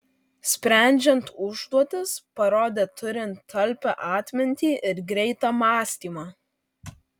sprendžiant užduotis parodė turinti talpią atmintį ir greitą mąstymą